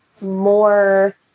more